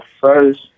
first